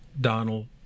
Donald